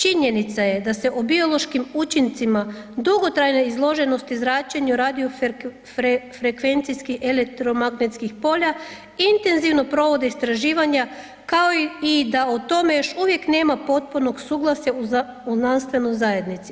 Činjenica je da se o biološkim učincima dugotrajne izloženosti zračenje radiofrekvencijskih, elektromagnetskih polja intenzivno provode istraživanja kao da i o tome još uvijek nema potpunog suglasja u znanstvenoj zajednici.